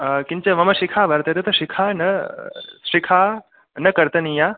किञ्च मम शिखा वर्तते शिखा न शिखा न कर्तनीया